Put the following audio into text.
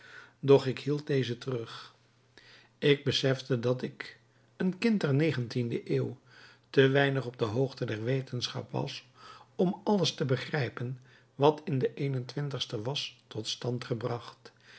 doch ik hield deze terug ik besefte dat ik een kind der negentiende eeuw te weinig op de hoogte der wetenschap was om alles te begrijpen wat in de eenentwintigste was tot stand gebracht